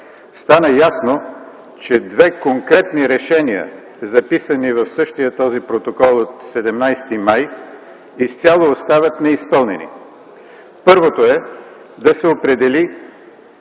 стана ясно, че две конкретни решения, записани в същия този протокол от 17 май 2010 г., изцяло остават неизпълнени. Първото е – да се определи